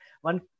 One